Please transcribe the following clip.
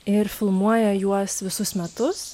ir filmuoja juos visus metus